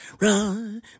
run